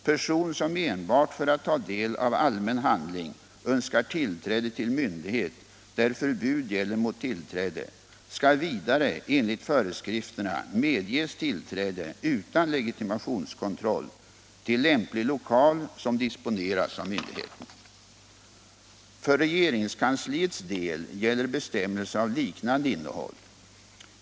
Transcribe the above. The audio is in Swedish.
Person som enbart för att ta del av allmän handling önskar tillträde till myndighet, där förbud gäller mot tillträde, skall vidare enligt föreskrifterna medges tillträde utan legitimationskontroll till lämplig lokal som disponeras av myndigheten. För regeringskansliets del gäller bestämmelser av liknande innehåll.